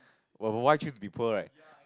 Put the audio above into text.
w~ why choose to be poor right